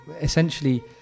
essentially